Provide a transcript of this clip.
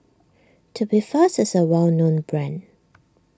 Tubifast is a well known brand